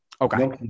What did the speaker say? Okay